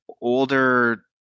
older